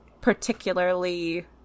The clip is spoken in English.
particularly